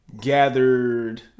Gathered